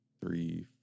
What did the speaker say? three